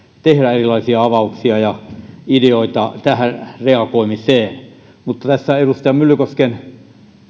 tehdä erilaisia avauksia ja ideoita tähän reagoimiseen mutta tässä edustaja myllykosken